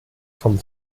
vom